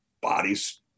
bodies